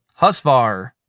Husvar